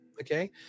Okay